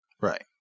Right